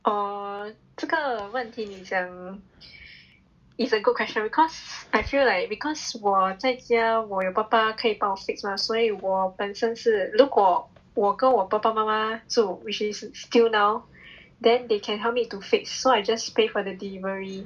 oh 这个问题你讲 it's a good question because I feel like because 我在家我有爸爸可以帮我 fix mah 所以我本身是如果我哥我爸爸妈妈 so which is still now then they can help me to fix so I just pay for the delivery